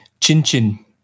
Chin-chin